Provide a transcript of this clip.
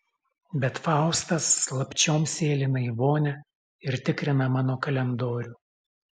bet faustas slapčiom sėlina į vonią ir tikrina mano kalendorių